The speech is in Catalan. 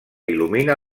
il·lumina